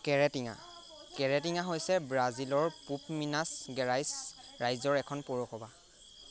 Caratinga Caratinga হৈছে ব্ৰাজিলৰ পূৱ মিনাছ গেৰাইছ ৰাজ্যৰ এখন পৌৰসভা